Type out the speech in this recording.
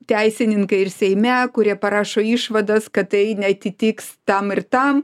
teisininkai ir seime kurie parašo išvadas kad tai neatitiks tam ir tam